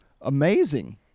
amazing